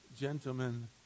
gentlemen